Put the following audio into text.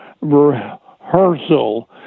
rehearsal